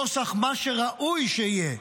נוסח מה שראוי שיהיה,